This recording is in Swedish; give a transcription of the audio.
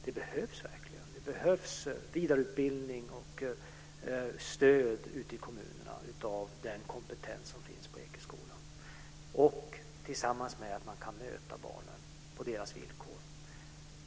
Det behövs verkligen, det behövs vidareutbildning och stöd ute i kommunerna av den kompetens som finns på Ekeskolan, tillsammans med att man kan möta barnen på deras villkor.